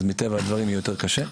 אז מטבע הדברים יהיה יותר קשה.